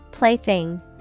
Plaything